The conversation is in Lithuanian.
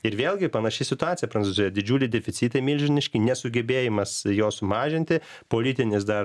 ir vėlgi panaši situacija prancūzija didžiuliai deficitai milžiniški nesugebėjimas jos mažinti politinis dar